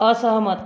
असहमत